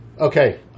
Okay